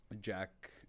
Jack